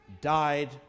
died